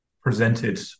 presented